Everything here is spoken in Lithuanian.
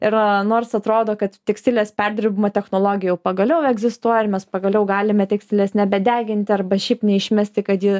ir nors atrodo kad tekstilės perdirbimo technologija jau pagaliau egzistuoja ir mes pagaliau galime tekstilės nebedeginti arba šiaip neišmesti kad ji